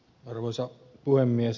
arvoisa puhemies